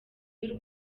y’u